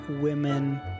women